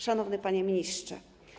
Szanowny Panie Ministrze!